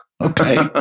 Okay